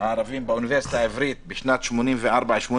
הערבים באוניברסיטה העברית בשנת 84'-85',